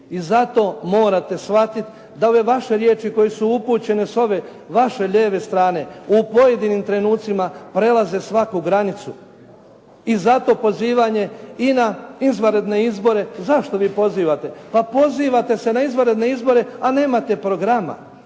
i zato morate shvatit da ove vaše riječi koje su upućene s ove vaše lijeve strane, u pojedinim trenucima prelaze svaku granicu i zato pozivanje i na izvanredne izbore. Zašto vi pozivate? Pa pozivate se na izvanredne izbore, a nemate programa.